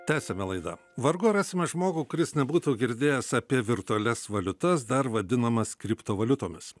tęsiame laidą vargu rasime žmogų kuris nebūtų girdėjęs apie virtualias valiutas dar vadinamas kriptovaliutomis